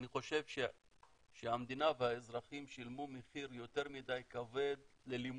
אני חושב שהמדינה והאזרחים שילמו מחיר יותר מדי כבד ללימוד.